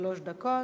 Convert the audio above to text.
שלוש דקות.